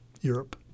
Europe